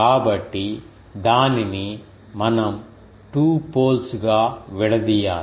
కాబట్టి దానిని మనం 2 పోల్స్ గా విడదీయాలి